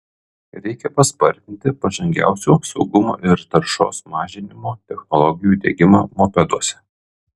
reikia paspartinti pažangiausių saugumo ir taršos mažinimo technologijų diegimą mopeduose